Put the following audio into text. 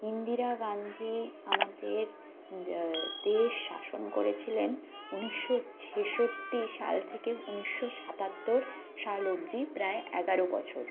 ইন্দিরা গান্ধী আমাদের দেশ শাসন করেছিলেন উনিশশো ছেষট্টি সাল থেকে উনিশশো সাতাত্তর সাল অব্দি প্রায় এগারো বছর